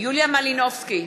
יוליה מלינובסקי,